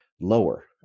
lower